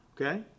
okay